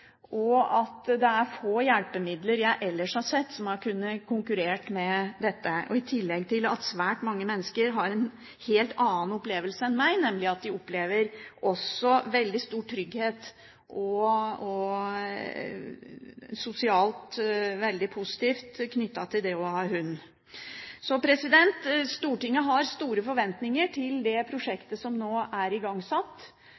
Det er få hjelpemidler jeg ellers har sett, som har kunnet konkurrere med dette, i tillegg til at svært mange mennesker har en helt annen opplevelse enn meg; de opplever nemlig veldig stor trygghet og sosialt mye positivt knyttet til det å ha hund. Så Stortinget har store forventninger til det